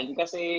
kasi